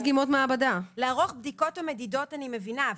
לערוך בדיקות ומדידות אני מבינה,